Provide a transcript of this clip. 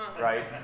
right